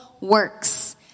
works